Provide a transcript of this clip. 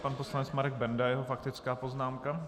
Pan poslanec Marek Benda, jeho faktická poznámka.